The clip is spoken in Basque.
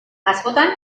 askotan